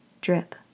Drip